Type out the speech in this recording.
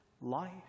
life